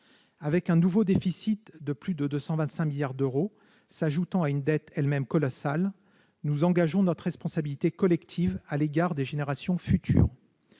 Avec un nouveau déficit de plus de 225 milliards d'euros, qui s'ajoute à une dette elle-même colossale, nous engageons notre responsabilité collective à l'égard des générations futures.